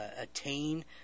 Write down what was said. attain